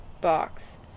box